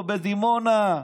או בדימונה.